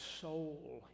soul